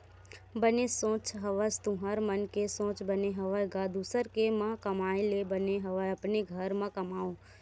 बने सोच हवस तुँहर मन के सोच बने हवय गा दुसर के म कमाए ले बने हवय अपने घर म कमाओ